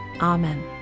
Amen